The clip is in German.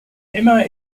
immer